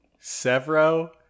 severo